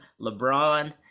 LeBron